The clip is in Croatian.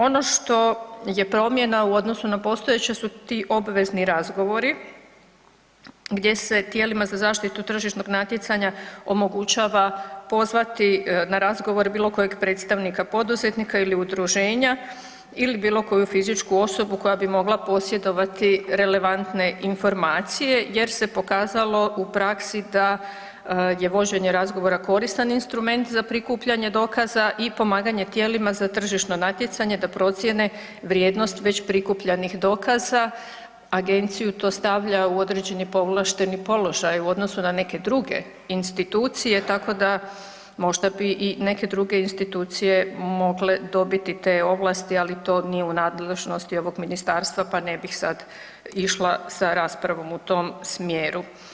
Ono što je promjena u odnosu na postojeće su ti obvezni razgovori gdje se tijela za zaštitu tržišnog natjecanja omogućava pozvati na razgovor bilokojeg predstavnika poduzetnika ili udruženja ili bilokoju fizičku osobu koja bi mogla posjedovati relevantne informacije jer se pokazalo u praksi da je vođenje razgovora koristan instrument za prikupljanje dokaza i pomaganje tijelima za tržišno natjecanje, da procijene vrijednost već prikupljanih dokaza, agenciju to stavlja u određeni povlašteni položaj u odnosu na neke druge institucije, tako da možda bi i neke druge institucije mogle dobiti te ovlasti ali to nije u nadležnosti ovog ministarstva pa ne bih sad išla sa raspravom u tom smjeru.